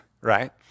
right